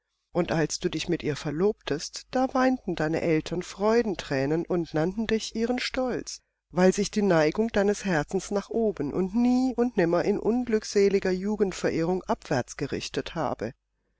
und als du dich mit ihr verlobtest da weinten deine eltern freudenthränen und nannten dich ihren stolz weil sich die neigung deines herzens nach oben und nie und nimmer in unglückseliger jugendverirrung abwärts gerichtet habe